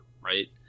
right